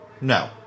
No